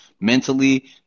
mentally